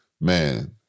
man